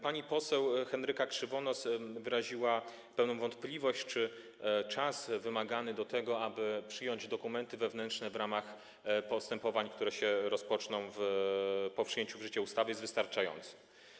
Pani poseł Henryka Krzywonos wyraziła pewną wątpliwość, czy czas na to, aby przyjąć dokumenty wewnętrzne w ramach postępowań, które rozpoczną się po wejściu w życie ustawy, jest wystarczający.